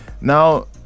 Now